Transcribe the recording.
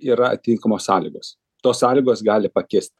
yra tinkamos sąlygos tos sąlygos gali pakist